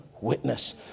witness